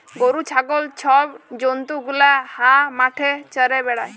গরু, ছাগল ছব জল্তু গুলা হাঁ মাঠে চ্যরে বেড়ায়